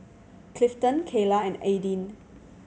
Clifton Kayla and Aidyn